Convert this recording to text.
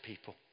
people